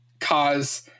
cause